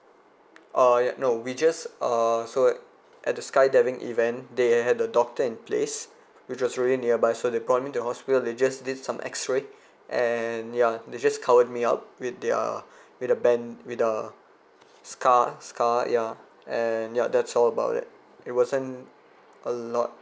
uh ya no we just err so at the skydiving event they had the doctor in place which was really nearby so they brought me to the hospital they just did some x ray and ya they just covered me up with their with a band with a scar scar yeah and ya that's all about it it wasn't a lot